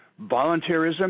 volunteerism